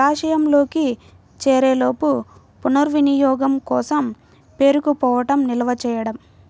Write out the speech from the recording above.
జలాశయంలోకి చేరేలోపు పునర్వినియోగం కోసం పేరుకుపోవడం నిల్వ చేయడం